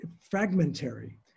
fragmentary